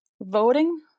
voting